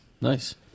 Nice